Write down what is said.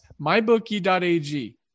mybookie.ag